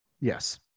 Yes